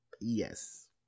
Yes